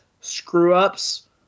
screw-ups